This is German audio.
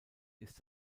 ist